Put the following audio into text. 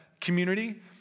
community